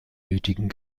nötigen